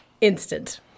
instant